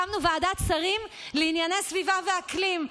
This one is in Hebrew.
הקמנו ועדת שרים לענייני סביבה ואקלים.